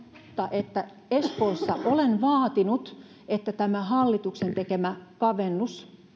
että espoossa olen vaatinut että tämä hallituksen tekemä kavennus